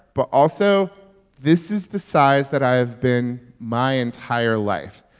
but also this is the size that i have been my entire life.